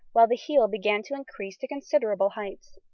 while the heel began to increase to considerable heights.